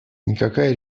никакая